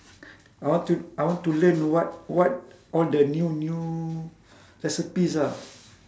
I want to I want to learn what what all the new new recipes ah